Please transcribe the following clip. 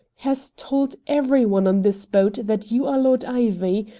has told every one on this boat that you are lord ivy,